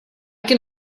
can